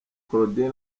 claudine